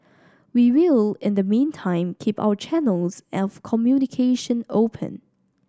we will in the meantime keep our channels of communication open